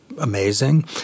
amazing